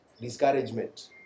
Discouragement